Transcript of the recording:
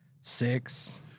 six